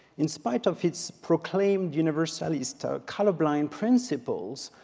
in spite of its proclaimed universalist colorblind principles,